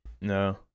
No